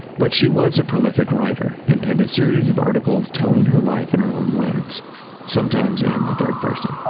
but she was a prolific writer and penned a series of articles telling her life in her own words sometimes in the third person.